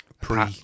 Pre